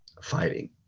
fighting